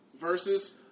Versus